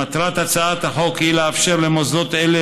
מטרת הצעת החוק היא לאפשר למוסדות אלה